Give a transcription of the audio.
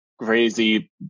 crazy